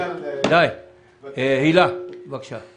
הילה, בבקשה.